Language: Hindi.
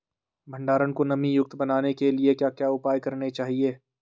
भंडारण को नमी युक्त बनाने के लिए क्या क्या उपाय करने चाहिए?